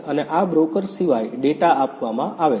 અને આ બ્રોકર સિવાય ડેટા આપવામાં આવે છે